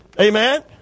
Amen